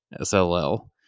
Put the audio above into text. SLL